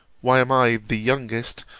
why am i, the youngest,